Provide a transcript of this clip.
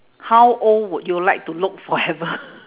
how old would you like to look forever